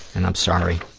and i'm sorry.